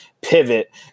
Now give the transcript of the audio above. pivot